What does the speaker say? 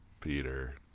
Peter